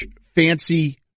fancy